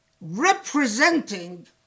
Representing